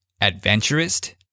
Adventurist